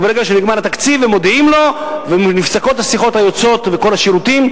וברגע שנגמר התקציב הם מודיעים לו ונפסקות השיחות היוצאות וכל השירותים,